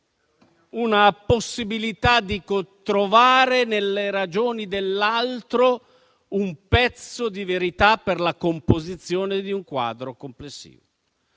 una possibilità di trovare nelle ragioni dell'altro un pezzo di verità per la composizione di un quadro complessivo.